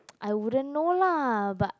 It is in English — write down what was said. I wouldn't know lah but